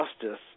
justice